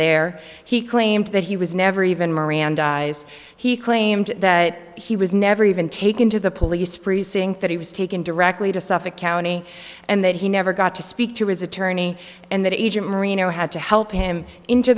there he claimed that he was never even mirandized he claimed that he was never even taken to the police precinct that he was taken directly to suffolk county and that he never got to speak to his attorney and that agent marino had to help him into